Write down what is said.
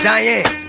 Diane